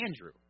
Andrew